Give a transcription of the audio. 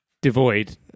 devoid